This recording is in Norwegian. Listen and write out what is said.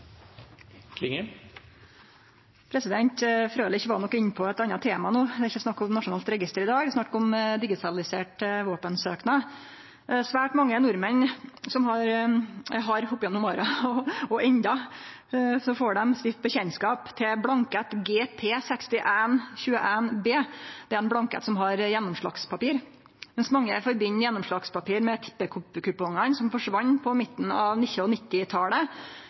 tilfreds. Frølich var nok inne på eit anna tema no, det er ikkje snakk om nasjonalt register i dag, det er snakk om digitalisert våpensøknad. Svært mange nordmenn har opp gjennom åra fått – og får enno – gjere seg kjende med blankett GP-6121-B. Det er ein blankett som har gjennomslagspapir. Mens mange tenkjer på gjennomslagspapir i samband med tippekupongane som forsvann på midten av